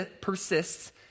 persists